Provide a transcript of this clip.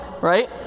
right